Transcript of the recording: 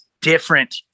different